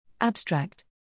Abstract